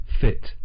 fit